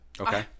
Okay